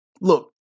Look